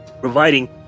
providing